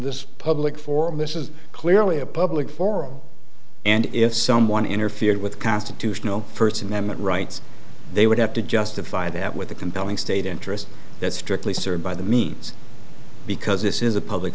this public forum this is clearly a public forum and if someone interfered with constitutional first amendment rights they would have to justify that with a compelling state interest that strictly served by the means because this is a public